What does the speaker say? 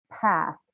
path